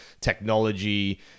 technology